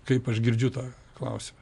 kaip aš girdžiu tą klausimą